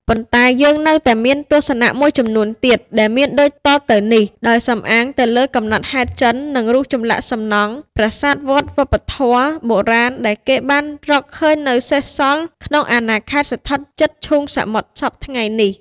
ប៉ុន្តែយើងនៅតែមានទស្សនៈ មួយចំនួនទៀត ដែលមានដូចតទៅនេះ ដោយសំអាងទៅលើកំណត់ហេតុចិន និងរូបចម្លាក់សំណង់ ប្រាសាទវត្តវប្បធម៌បុរាណ ដែលគេបានរកឃើញនៅសេសសល់ក្នុងអាណាខេត្តស្ថិតជិតឈូងសមុទ្រសព្វថ្ងៃនេះ។